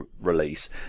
release